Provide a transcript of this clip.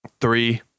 Three